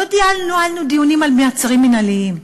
לא ניהלנו דיונים על מעצרים מינהליים,